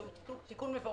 שהוא תיקון מבורך,